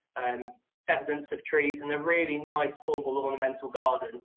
and evidence of trees in a really nice, full full ornamental garden.